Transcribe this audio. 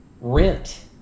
rent